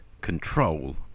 control